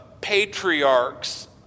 patriarchs